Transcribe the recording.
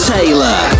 Taylor